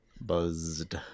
buzzed